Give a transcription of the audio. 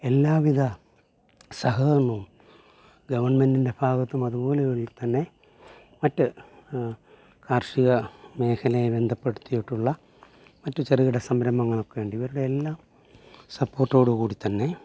എല്ലാവിധ സഹകരണവും ഗവൺമെൻറിൻ്റെ ഭാഗത്തും അതുപോലെ തന്നെ മറ്റ് കാർഷിക മേഖലെ ബന്ധപ്പെടുത്തിയിട്ടുള്ള മറ്റു ചെറുകിട സംരംഭങ്ങളൊക്കെ ഉണ്ട് ഇവരുടെ എല്ലാം സപ്പോർട്ടോടു കൂടി തന്നെ